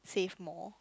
save more